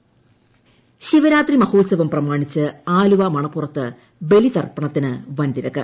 ശിവരാത്രി ശിവരാത്രി മഹോൽസവം പ്രമാണിച്ച് ആലുവ മണപ്പുറത്ത് ബലിതർപ്പണത്തിന് വൻതിരക്ക്